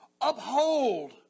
Uphold